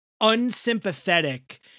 unsympathetic